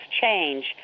change